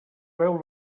veu